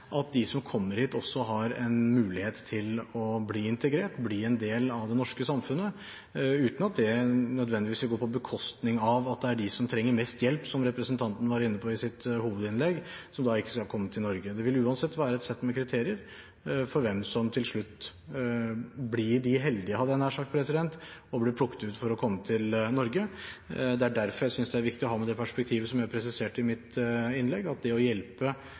at de som kommer hit, også har en mulighet til å bli integrert og bli en del av det norske samfunnet uten at det nødvendigvis vil gå på bekostning av de som trenger mest hjelp – som representanten var inne på i sitt hovedinnlegg – som da ikke skal komme til Norge. Det vil uansett være et sett med kriterier for hvem som til slutt blir de heldige – hadde jeg nær sagt – og blir plukket ut for å komme til Norge. Derfor synes jeg det er viktig å ha med det perspektivet, som jeg presiserte i mitt innlegg, at det å hjelpe